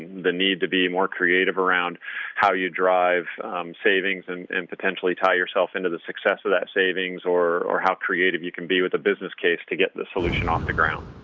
the need to be more creative around how you drive savings and and potentially tie yourself into the success of that savings, or or how creative you can be with a business case to get the solution off um the ground.